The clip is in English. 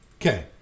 okay